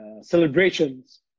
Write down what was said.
celebrations